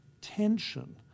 tension